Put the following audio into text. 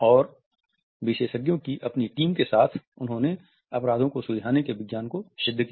और विशेषज्ञों की अपनी टीम के साथ उन्होंने अपराधों को सुलझाने के विज्ञान को सिद्ध किया